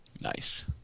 Nice